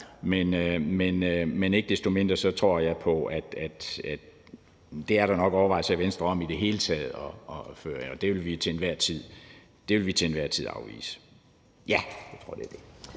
Men ikke desto mindre tror jeg på, at der nok er overvejelser i Venstre om det i det hele taget, og det vil vi til enhver tid afvise. Ja, jeg tror, det var det.